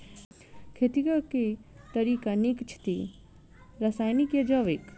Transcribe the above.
खेती केँ के तरीका नीक छथि, रासायनिक या जैविक?